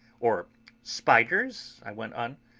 or spiders? i went on.